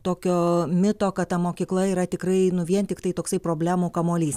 tokio mito kad ta mokykla yra tikrai nu vien tiktai toksai problemų kamuolys